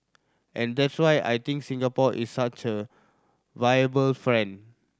and that's why I think Singapore is such a viable friend